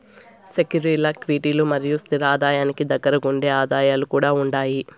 సెక్యూరీల్ల క్విటీలు మరియు స్తిర ఆదాయానికి దగ్గరగుండే ఆదాయాలు కూడా ఉండాయి